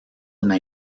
una